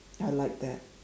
I like that